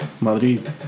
Madrid